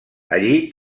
allí